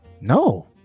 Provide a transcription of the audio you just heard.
no